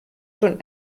schon